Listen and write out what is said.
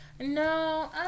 No